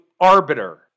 arbiter